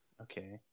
Okay